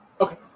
okay